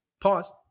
Pause